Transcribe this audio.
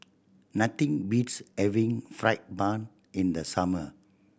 nothing beats having fried bun in the summer